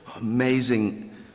amazing